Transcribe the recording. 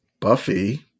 Buffy